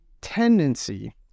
tendency